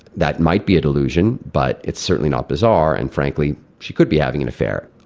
that might be a delusion, but it's certainly not bizarre, and frankly, she could be having an affair.